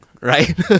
right